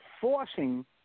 forcing